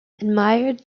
admired